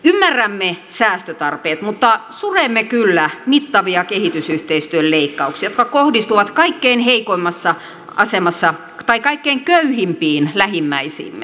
ymmärrämme säästötarpeet mutta suremme kyllä mittavia kehitysyhteistyön leikkauksia jotka kohdistuvat kaikkein köyhimpiin lähimmäisiimme